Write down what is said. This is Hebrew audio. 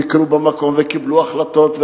ביקרו במקום וקיבלו החלטות,